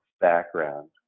background